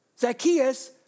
Zacchaeus